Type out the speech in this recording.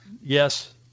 yes